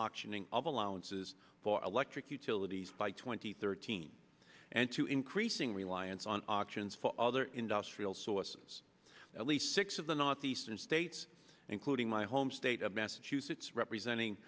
auctioning of allowances for electric utilities by twenty thirteen and to increasing reliance on options for industrial sources at least six of the northeastern states including my home state of massachusetts representing